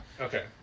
Okay